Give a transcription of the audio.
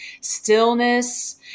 stillness